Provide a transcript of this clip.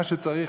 מה שצריך,